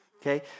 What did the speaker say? okay